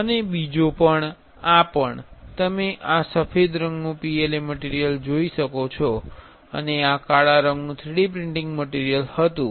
અને બીજો પણ આ પણ તમે આ સફેદ રંગનુ PLA મટીરિયલ જોઈ શકો છો અને આ કાળા રંગનુ 3D પ્રિન્ટીંગ મટીરિયલ હતુ